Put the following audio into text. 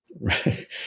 right